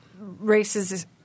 races